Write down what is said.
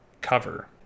cover